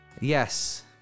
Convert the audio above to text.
Yes